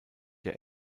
der